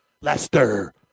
Lester